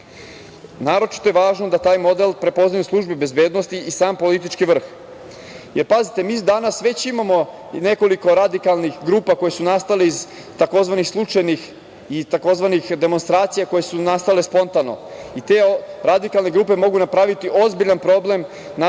Naročito je važno da taj model prepoznaju službe bezbednosti i sam politički vrh. Pazite, mi danas već imamo i nekoliko radikalnih grupa koje su nastale iz takozvanih slučajnih i takozvanih demonstracija koje su nastale spontano i te radikalne grupe mogu napraviti ozbiljan problem nama kao